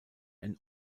ein